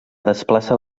desplaça